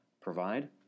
provide